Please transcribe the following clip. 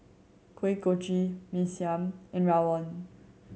Kuih Kochi Mee Siam and rawon